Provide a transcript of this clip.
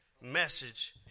message